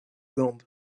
gand